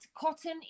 Cotton